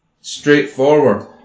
straightforward